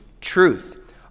truth